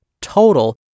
total